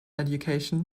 education